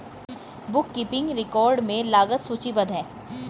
book keeping record में लागत सूचीबद्ध है